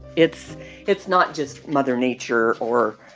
it's it's not just mother nature, or,